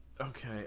Okay